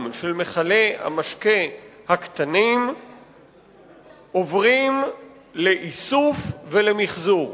של מכלי המשקה הקטנים עוברים לאיסוף ולמיחזור,